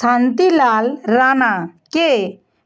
Shantilal রাণাকে